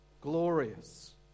glorious